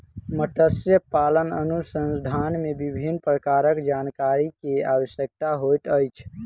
मत्स्य पालन अनुसंधान मे विभिन्न प्रकारक जानकारी के आवश्यकता होइत अछि